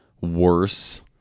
worse